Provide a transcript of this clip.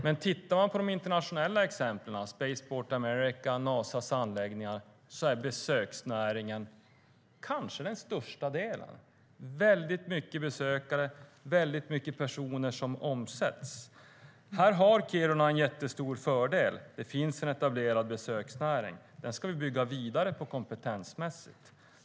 Men tittar man på de internationella exemplen - Spaceport America och Nasas anläggningar - ser man att besöksnäringen är den kanske största delen. De har väldigt många besökare och väldigt hög omsättning. Här har Kiruna en jättestor fördel. Det finns en etablerad besöksnäring. Den ska vi bygga vidare på kompetensmässigt.